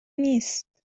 نیست